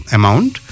amount